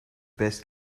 best